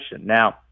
Now